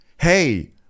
hey